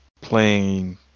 playing